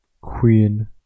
Queen